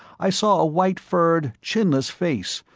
i saw a white-furred, chinless face,